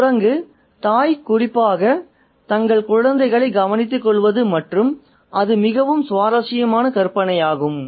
குரங்கு தாய் குறிப்பாக தங்கள் குழந்தைகளை கவனித்துக்கொள்வது மற்றும் அது மிகவும் சுவாரஸ்யமான கற்பனையாகும்